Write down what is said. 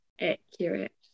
accurate